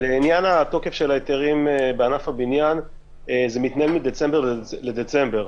לעניין התוקף של ההיתרים בענף הבניין זה מתנהל מדצמבר לדצמבר.